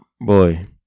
boy